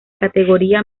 categoría